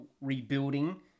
rebuilding